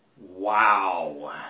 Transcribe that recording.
Wow